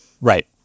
Right